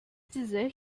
dizer